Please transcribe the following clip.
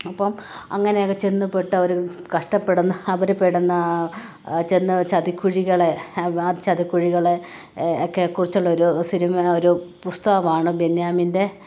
അപ്പോള് അങ്ങനെ ഒക്കെ ചെന്ന് പെട്ടവര് കഷ്ടപ്പെടുന്ന അവര് പെടുന്ന ആ ചെന്ന് ചതിക്കുഴികള് ആ ചതിക്കുഴികള് ഒക്കെ കുറിച്ചുള്ള ഒരു സിനിമ ഒരു പുസ്തകമാണ് ബെന്യാമിൻ്റെ